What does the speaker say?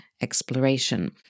exploration